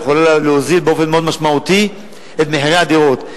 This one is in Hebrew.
היא יכולה להוזיל באופן מאוד משמעותי את מחירי הדירות.